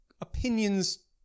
opinions